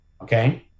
okay